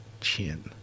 Chin